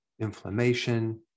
inflammation